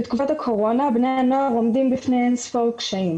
בתקופת הקורונה בני הנוער עומדים בפני אין ספור קשיים